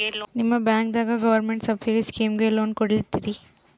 ನಿಮ ಬ್ಯಾಂಕದಾಗ government subsidy ಸ್ಕೀಮಿಗಿ ಲೊನ ಕೊಡ್ಲತ್ತೀರಿ?